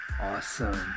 Awesome